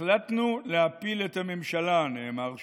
החלטנו להפיל את הממשלה, נאמר שם,